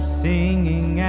singing